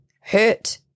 hurt